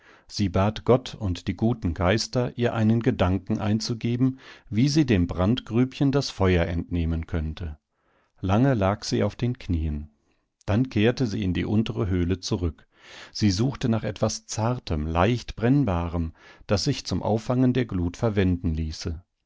sie bat gott und die guten geister ihr einen gedanken einzugeben wie sie dem brandgrübchen das feuer entnehmen könnte lange lag sie auf den knien dann kehrte sie in die untere höhle zurück sie suchte nach etwas zartem leicht brennbarem das sich zum auffangen der glut verwenden ließe